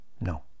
No